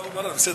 ואללה, בסדר.